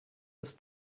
des